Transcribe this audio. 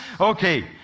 okay